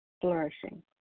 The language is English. flourishing